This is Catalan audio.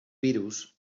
virus